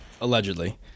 Allegedly